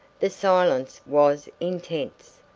the silence was intense.